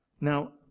Now